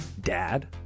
Dad